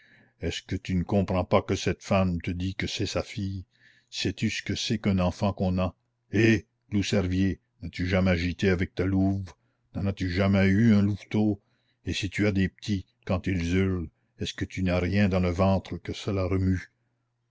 est-ce que tu ne comprends pas que cette femme te dit que c'est sa fille sais-tu ce que c'est qu'un enfant qu'on a hé loup-cervier n'as-tu jamais gîté avec ta louve n'en as-tu jamais eu un louveteau et si tu as des petits quand ils hurlent est-ce que tu n'as rien dans le ventre que cela remue